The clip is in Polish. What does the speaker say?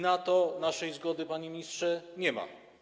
Na to naszej zgody, panie ministrze, nie ma.